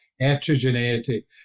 heterogeneity